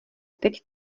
teď